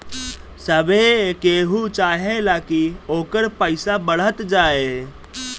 सभे केहू चाहेला की ओकर पईसा बढ़त जाए